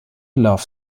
love